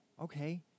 okay